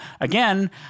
Again